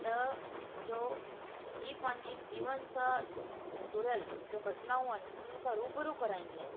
त जो हीअ पंहिंजी जीवन सां जुड़ियल जो घटनाऊं आहिनि उन्हनि खां रूबरू कराईंदी आहिनि